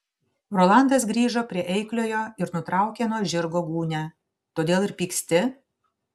rolandas grįžo prie eikliojo ir nutraukė nuo žirgo gūnią todėl ir pyksti